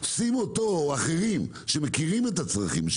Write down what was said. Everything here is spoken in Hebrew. שים אותו או אחרים שמכירים את הצרכים,